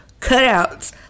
cutouts